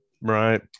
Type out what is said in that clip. right